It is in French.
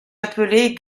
appelée